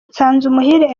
nsanzumuhire